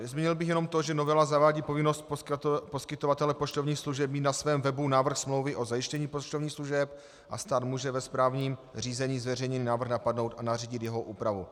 Zmínil bych jenom to, že novela zavádí povinnost poskytovatele poštovních služeb mít na svém webu návrh smlouvy o zajištění poštovních služeb a stát může ve správním řízení zveřejněný návrh napadnout a nařídit jeho úpravu.